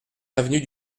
avenue